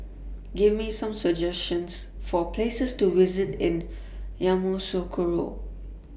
Give Me Some suggestions For Places to visit in Yamoussoukro